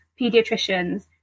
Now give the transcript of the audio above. pediatricians